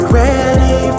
ready